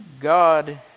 god